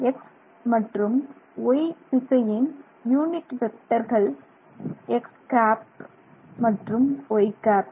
X மற்றும் Y திசையின் unit வெக்டர்கள் x ̂ மற்றும் y ̂